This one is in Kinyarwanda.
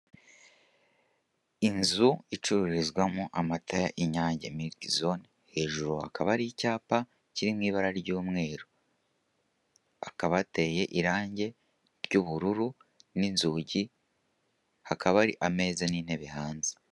Inzu icururizwamo amata ya Inyange Milike Zone, hejuru hakaba hari icyapa kiri mu ibara ry'umweru. Hakaba hateye irange ry'ubururu n'inzugi, hakaba hari ameza n'intebe hanze.